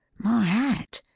my hat!